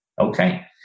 okay